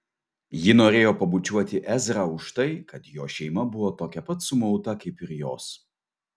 ji norėjo pabučiuoti ezrą už tai kad jo šeima buvo tokia pat sumauta kaip ir jos